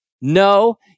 no